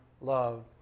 love